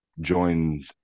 joined